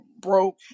broke